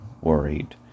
worried